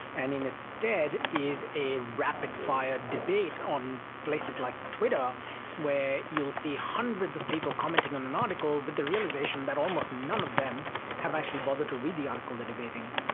and instead is a rapid-fire debate on places like twitter where you will see hundreds of people commenting on an article, but the realisation that almost none of them have actually bothered to read the article they are debating.